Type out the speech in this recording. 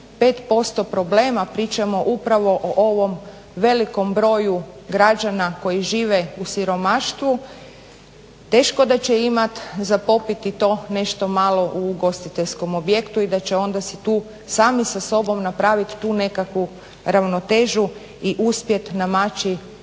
5% problem, a pričamo upravo o ovom velikom broju građana koji žive u siromaštvu teško da će imati za popiti to nešto malo u ugostiteljskom objektu i da će onda se tu sami sa sobom napravit tu nekakvu ravnotežu i uspjet namaći